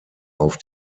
auf